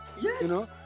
Yes